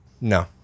No